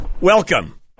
Welcome